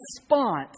response